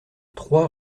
trois